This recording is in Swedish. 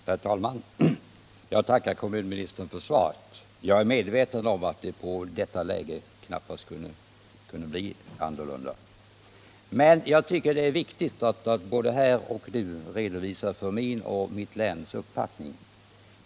Herr talman! Jag tackar kommunministern för svaret. Jag är medveten om att det i detta läge knappast kunde bli annorlunda, men jag tycker att det är viktigt att både här och nu redovisa min och mitt läns uppfattning.